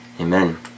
Amen